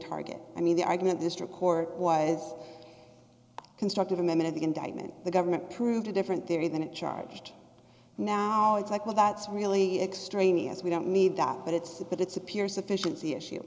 target i mean the argument district court was constructed a minute the indictment the government proved a different theory than it charged now it's like well that's really extremely as we don't need that but it's but it's a pure sufficiency issue